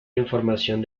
información